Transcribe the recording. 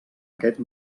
aquest